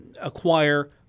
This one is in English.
acquire